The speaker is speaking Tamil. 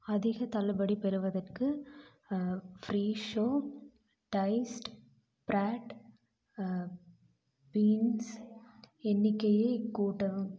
அதிக தள்ளுபடி பெறுவதற்கு ஃப்ரீஷோ டைஸ்டு ப்ராட் பீன்ஸ் எண்ணிக்கையை கூட்டவும்